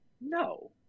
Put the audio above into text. No